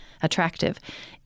attractive